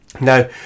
Now